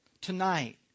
tonight